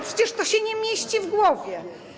Przecież to się nie mieści w głowie.